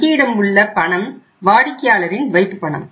வங்கியிடம் உள்ள பணம் வாடிக்கையாளரின் வைப்பு பணம்